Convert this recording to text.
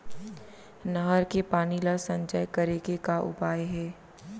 नहर के पानी ला संचय करे के का उपाय हे?